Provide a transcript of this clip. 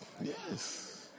Yes